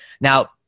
Now